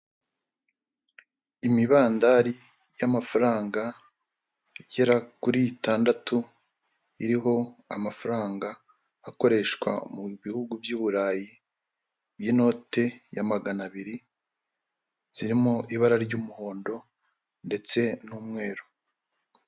Imibandari y'amafaranga igera kuri itandatu, iriho amafaranga akoreshwa mu bihugu by'uburayi y'inote ya magana abiri zirimo ibara ry'umuhondo ndetse n'umweru.